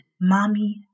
mommy